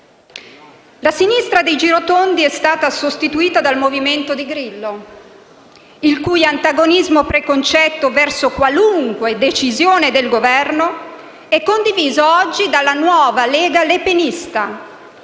La Sinistra dei girotondi è stata sostituita dal Movimento di Grillo, il cui antagonismo preconcetto verso qualunque decisione del Governo è condiviso oggi dalla nuova Lega lepenista